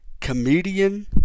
comedian